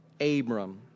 Abram